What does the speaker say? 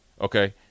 Okay